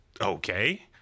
Okay